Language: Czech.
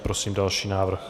Prosím další návrh.